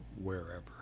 wherever